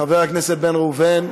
חבר הכנסת בן ראובן,